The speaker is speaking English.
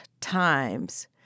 times